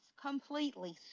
Completely